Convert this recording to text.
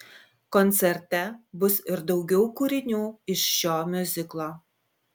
koncerte bus ir daugiau kūrinių iš šio miuziklo